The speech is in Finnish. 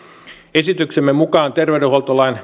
esityksemme mukaan terveydenhuoltolain